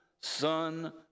Son